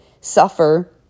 suffer